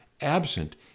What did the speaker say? absent